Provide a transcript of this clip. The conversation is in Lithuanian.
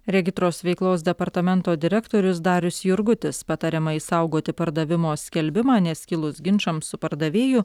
regitros veiklos departamento direktorius darius jurgutis patariama išsaugoti pardavimo skelbimą nes kilus ginčams su pardavėju